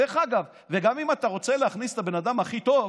גם אם אתה רוצה להכניס את הבן אדם הכי טוב,